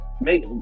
make